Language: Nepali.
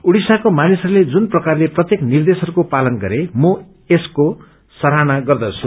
ओडिशाका मानिसहस्ते जुन प्रकारले प्रत्येक निर्देशहरूको पालन गरे मँ यसको सराहना गर्दछु